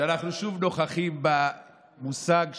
שאנחנו שוב נוכחים במושג של,